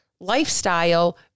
lifestyle